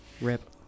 Rip